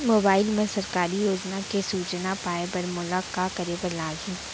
mobile मा सरकारी योजना के सूचना पाए बर मोला का करे बर लागही